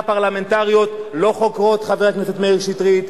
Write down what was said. פרלמנטריות לא חוקרות: חבר הכנסת מאיר שטרית,